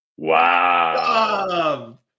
Wow